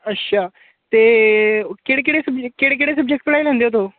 अच्छा ते केह्ड़े केह्ड़े सब्जैक्ट केह्ड़े केह्ड़े सब्जैक्ट पढ़ाई लैंदे ओ तोह्